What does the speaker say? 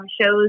shows